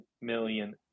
million